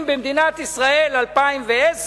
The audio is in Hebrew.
במדינת ישראל 2010,